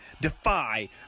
Defy